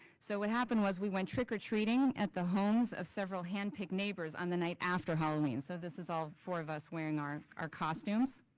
so what happened was we went trick-or-treating at the homes of several hand picked neighbors on the night after halloween, so this is all four of us wearing our our costumes.